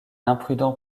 imprudent